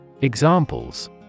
Examples